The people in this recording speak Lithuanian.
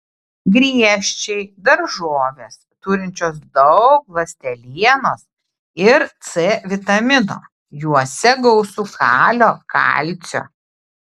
griežčiai daržovės turinčios daug ląstelienos ir c vitamino juose gausu kalio kalcio